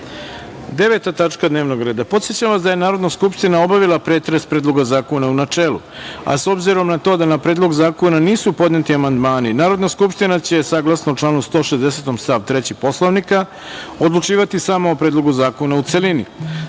tačka dnevnog reda. Podsećam vas da je Narodna skupština obavila pretres Predloga zakona u načelu, a s obzirom na to da na Predlog zakona nisu podneti amandmani Narodna skupština će, saglasno članu 160. stav 3. Poslovnika odlučivati samo o Predlogu zakona u